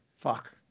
Fuck